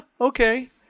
okay